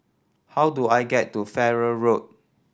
how do I get to Farrer Road